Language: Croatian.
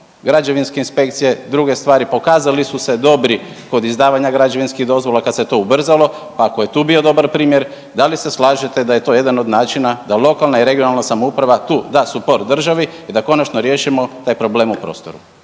Građevinske inspekcije, druge stvari pokazali su se dobri kod izdavanja građevinskih dozvola kad se to ubrzalo pa ako je tu bio dobar primjer da li se slažete da je to jedan od načina da lokalna i regionalna samouprava tu da suport državi i da konačno riješimo taj problem u prostoru.